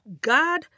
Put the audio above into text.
God